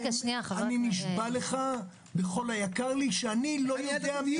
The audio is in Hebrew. נשבע לך בכל היקר לי שאיני יודע מיהם.